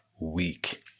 week